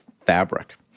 fabric